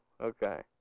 okay